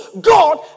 God